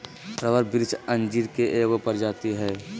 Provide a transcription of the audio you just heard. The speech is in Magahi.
रबर वृक्ष अंजीर के एगो प्रजाति हइ